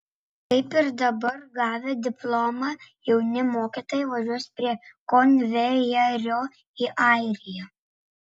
kaip ir dabar gavę diplomą jauni mokytojai važiuos prie konvejerio į airiją